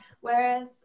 whereas